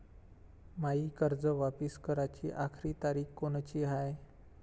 मायी कर्ज वापिस कराची आखरी तारीख कोनची हाय?